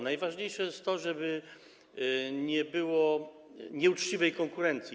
Najważniejsze jest to, żeby nie było nieuczciwej konkurencji.